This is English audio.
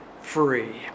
free